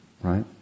right